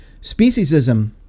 Speciesism